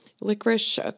licorice